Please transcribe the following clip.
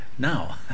Now